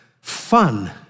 Fun